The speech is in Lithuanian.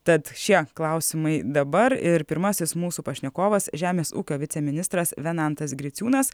tad šie klausimai dabar ir pirmasis mūsų pašnekovas žemės ūkio viceministras venantas griciūnas